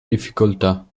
difficoltà